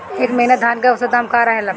एह महीना धान के औसत दाम का रहल बा?